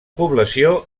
població